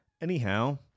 Anyhow